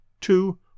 two